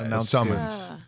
summons